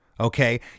Okay